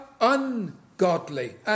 ungodly